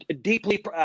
deeply